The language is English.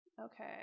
Okay